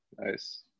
Nice